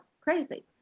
crazy